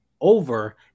over